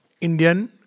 Indian